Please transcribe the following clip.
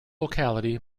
locality